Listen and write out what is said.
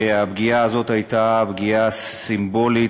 הפגיעה הזאת הייתה פגיעה סימבולית.